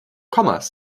kommas